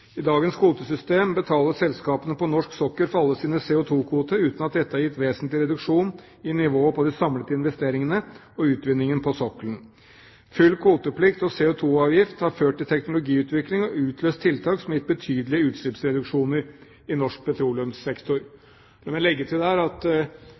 I dagens kvotesystem betaler selskapene på norsk sokkel for alle sine CO2-kvoter uten at dette har gitt vesentlig reduksjon i nivået på de samlede investeringene og utvinningen på sokkelen. Full kvoteplikt og CO2-avgift har ført til teknologiutvikling og utløst tiltak som har gitt betydelige utslippsreduksjoner i norsk petroleumssektor.